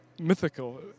Mythical